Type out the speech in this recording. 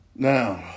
Now